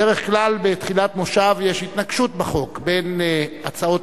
בדרך כלל בתחילת מושב יש התנגשות בחוק בין הצעות